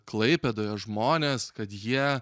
klaipėdoje žmonės kad jie